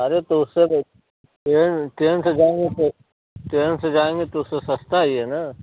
अरे तो उससे ट्रेन ट्रेन से जाएँगे ट्रेन से जाएँगे तो उससे सस्ता ही है ना